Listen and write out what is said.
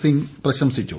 സിംഗ് പ്രശംസിച്ചു